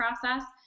process